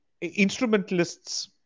Instrumentalists